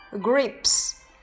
grapes